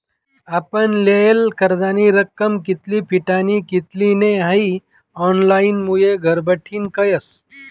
आपण लेयेल कर्जनी रक्कम कित्ली फिटनी कित्ली नै हाई ऑनलाईनमुये घरबठीन कयस